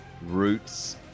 roots